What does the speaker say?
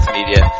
Media